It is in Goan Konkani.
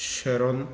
शॅरोन